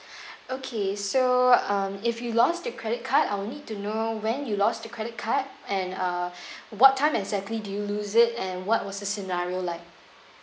okay so um if you lost your credit card I will need to know when you lost your credit card and uh what time exactly did you lose it and what was the scenario like